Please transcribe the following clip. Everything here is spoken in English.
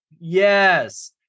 Yes